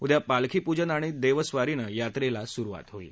उद्या पालखी पुजन आणि देवस्वारीनं यात्रेला सुरुवात होईल